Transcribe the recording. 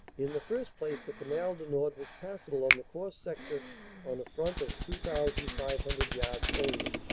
in the first place the canal du nord was passable on the corps sector on a front of two thousand five hundred yards only.